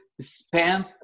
spend